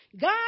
God